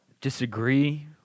disagree